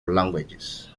languages